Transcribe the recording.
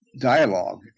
dialogue